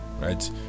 right